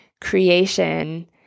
creation